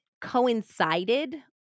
coincided